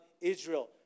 Israel